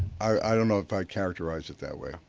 i don't know if i'd characterize it that way.